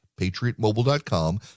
PatriotMobile.com